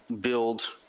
build